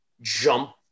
jump